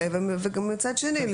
מצד אחד,